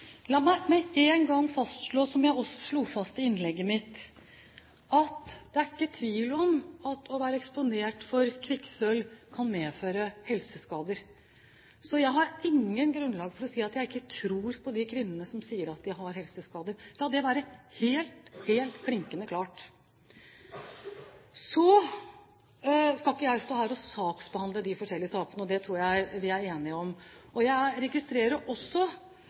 La meg med en gang fastslå – som jeg også slo fast i innlegget mitt – at det er ikke tvil om at det å være eksponert for kvikksølv kan medføre helseskader. Jeg har ikke noe grunnlag for å si at jeg ikke tror på de kvinnene som sier at de har helseskader. La det være helt klinkende klart. Så skal ikke jeg stå her og saksbehandle de forskjellige sakene – det tror jeg vi er enige om. Jeg registrerer også